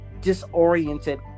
disoriented